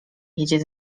jedzie